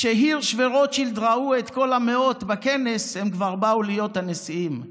כשהירש ורוטשילד ראו את כל המאות בכנס הם כבר באו להיות הנשיאים.